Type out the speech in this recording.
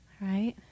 right